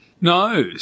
No